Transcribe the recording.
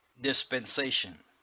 dispensation